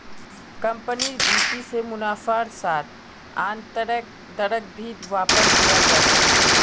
कम्पनिर भीति से मुनाफार साथ आन्तरैक दरक भी वापस दियाल जा छे